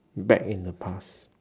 back in the past